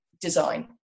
design